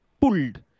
pulled